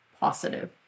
positive